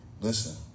Listen